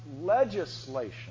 legislation